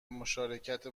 مشارکت